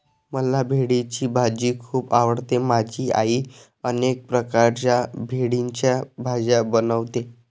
मला भेंडीची भाजी खूप आवडते माझी आई अनेक प्रकारच्या भेंडीच्या भाज्या बनवते